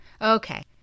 okay